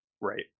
Right